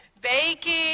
baking